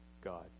God